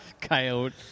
Coyote